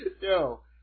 Yo